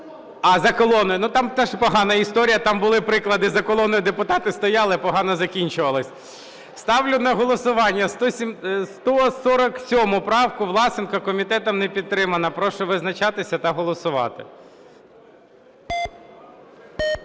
А, за колоною. Ну, там теж погана історія, там були приклади: за колоною депутати стояли – погано закінчувалося. Ставлю на голосування 147 правку Власенка. Комітетом не підтримано. Прошу визначатися та голосувати.